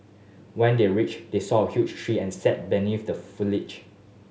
when they reached they saw a huge tree and sat beneath the foliage